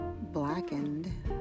blackened